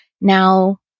Now